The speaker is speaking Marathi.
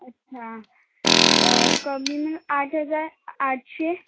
अच्छा कमी ना आठ हजार आठशे